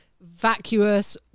vacuous